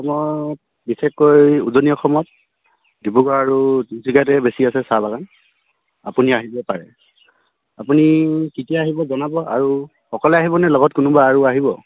অসমত বিশেষকৈ উজনি অসমত ডিব্ৰুগড় আৰু তিনিচুকীয়াতে বেছি আছে চাহ বাগান আপুনি আহিব পাৰে আপুনি কেতিয়া আহিব জনাব আৰু অকলে আহিব নে লগত কোনোবা আৰু আহিব